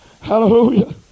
Hallelujah